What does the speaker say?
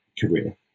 career